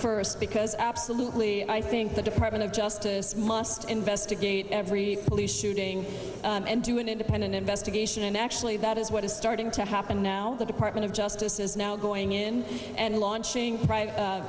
first because absolutely i think the department of justice must investigate every police shooting and do an independent investigation and actually that is what is starting to happen now the department of justice is now going in and launching